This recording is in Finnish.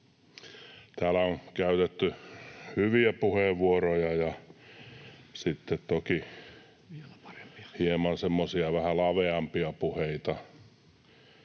Täällä on käytetty hyviä puheenvuoroja ja sitten toki semmoisia vähän laveampia puheita.